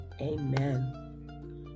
Amen